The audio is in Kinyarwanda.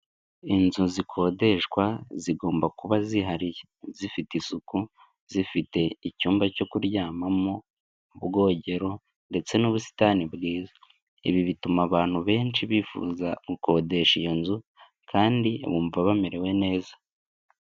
Inzu zikodeshwa zigomba kuba zihariye, zifite isuku, zifite icyumba cyo kuryamamo, ubwogero ndetse n'ubusitani bwiza. Ibi bituma abantu benshi bifuza gukodesha iyo nzu kandi bumva bamerewe neza.